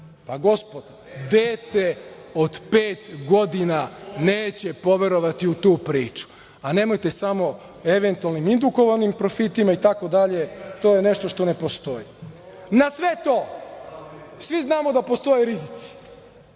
Gospodo, dete od pet godina neće poverovati u tu priču, a nemojte samo o eventualnim indukovanim profitima itd. To je nešto što ne postoji. Na sve to, svi znamo da postoje rizici.